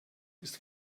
ist